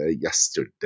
yesterday